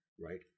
Right